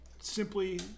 Simply